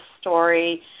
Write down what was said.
story